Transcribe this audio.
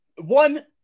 One